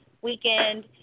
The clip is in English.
weekend